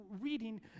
reading